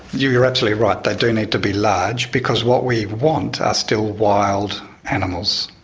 you're you're absolutely right, they do need to be large because what we want are still wild animals.